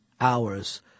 hours